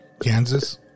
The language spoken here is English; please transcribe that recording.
Kansas